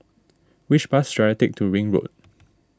which bus should I take to Ring Road